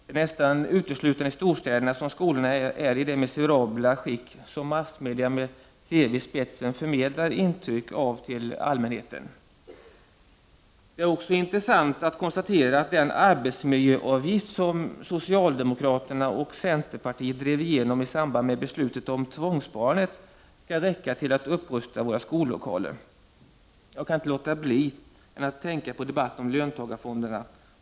Det är nästan uteslutande i storstäderna som skolorna är i det miserabla skick som massmedia med TV i spetsen förmedlar intryck av till allmänheten. Det är också intressant att konstatera att den arbetsmiljöavgift som socialdemokraterna och centerpartiet drev igenom i samband med beslutet om tvångssparande skall räcka till att upprusta våra skollokaler. Jag kan inte låta bli att tänka på debatten om löntagarfonderna.